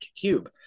cube